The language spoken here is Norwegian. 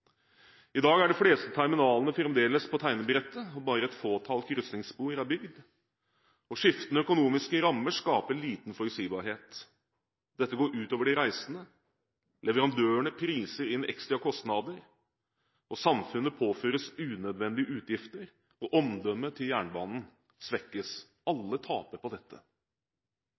I dag er de fleste terminalene fremdeles på tegnebrettet, bare et fåtall krysningsspor er bygd, og skiftende økonomiske rammer skaper liten forutsigbarhet. Dette går ut over de reisende, leverandørene priser inn ekstra kostnader, samfunnet påføres unødvendig utgifter, og omdømmet til jernbanen svekkes. Alle taper på dette.